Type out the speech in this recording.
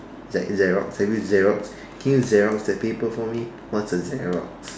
it's like Xerox have you Xerox can you Xerox that paper for me what's a Xerox